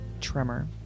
tremor